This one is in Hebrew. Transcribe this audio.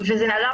זה לא עניינו